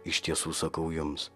iš tiesų sakau jums